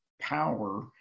power